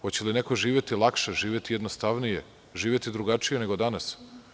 Hoće li neko živeti lakše, živeti jednostavnije, živeti drugačije nego danas?